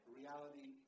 reality